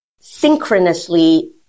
synchronously